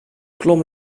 klom